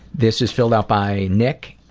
this is filled out by nick,